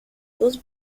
was